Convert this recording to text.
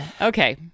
okay